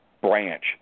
branch